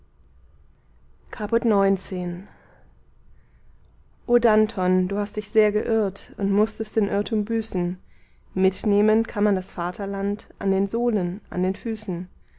caput xix oh danton du hast dich sehr geirrt und mußtest den irrtum büßen mitnehmen kann man das vaterland an den sohlen an den füßen